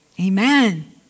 Amen